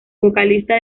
vocalista